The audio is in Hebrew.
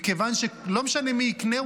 מכיוון שלא משנה מי יקנה,